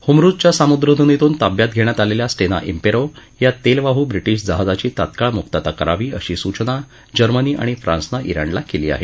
होमरूझच्या सामुद्रधुनीतून ताब्यात घेण्यात आलेल्या स्टेना इंपेरो या तेलवाहू ब्रिटीश जहाजाची तात्काळ मुक्तता करावी अशी सूचना जर्मनी आणि फ्रान्सनं इराणला केली आहे